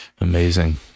Amazing